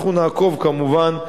אנחנו נעקוב, כמובן,